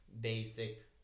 basic